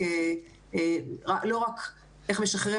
לא רק איך לשחרר,